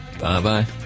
Bye-bye